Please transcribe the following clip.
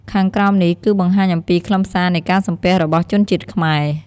ខាងក្រោមនេះគឺបង្ហាញអំពីខ្លឹមសារនៃការសំពះរបស់ជនជាតិខ្មែរ។